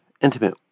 intimate